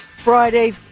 Friday